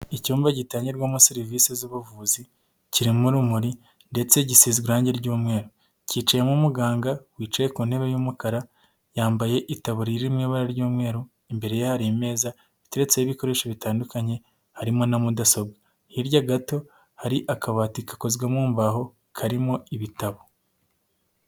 Icyumba gitangirwamo serivisi z'ubuvuzi, kirimo urumuri ndetse gisizwe irangi ry'umweru. Cyicayemo umuganga wicaye ku ntebe y'umukara yambaye itaburiya iri mu ibara ry'umweru, imbere ye hari imeza iteretseho ibikoresho bitandukanye harimo na mudasobwa. Hirya gato, hari akabati gakozwe mu mbaho karimo ibitabo.